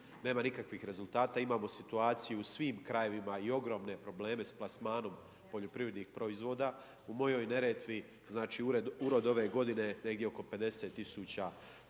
nema nikakvih rezultata. Imamo situaciju u svim krajevima u svim krajevima i ogromne probleme s plasmanom poljoprivrednih proizvoda. U mojoj Neretvi, znači urod ove godine je negdje oko 50 000